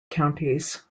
counties